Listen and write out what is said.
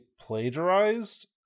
plagiarized